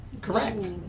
Correct